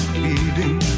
beating